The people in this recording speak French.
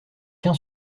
qu’un